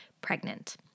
pregnant